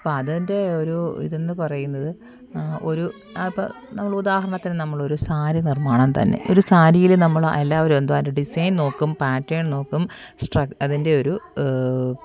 അപ്പം അതിൻ്റെ ഒരു ഇതെന്ന് പറയുന്നത് ഒരു ഇപ്പം നമ്മൾ ഉദാഹരണത്തിന് നമ്മളൊരു സാരി നിർമ്മാണം തന്നെ ഒരു സാരിയിൽ നമ്മൾ എല്ലാവരും എന്തുവാണ് ഒരു ഡിസൈൻ നോക്കും പാറ്റേൺ നോക്കും സ്ട്ര അതിൻ്റെ ഒരു